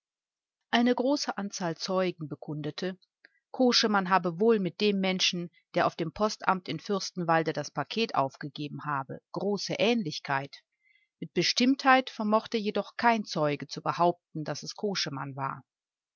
eine große anzahl zeugen bekundete koschemann habe wohl mit dem menschen der auf dem postamt in fürstenwalde das paket aufgegeben habe große ähnlichkeit mit bestimmtheit vermochte jedoch kein zeuge zu behaupten daß es koschemann war